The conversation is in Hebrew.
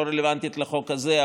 לא רלוונטית לחוק הזה,